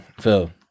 Phil